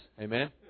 Amen